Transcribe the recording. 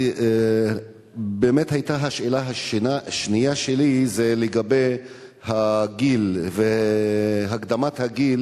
באמת השאלה השנייה שלי היתה לגבי הגיל והקדמת הגיל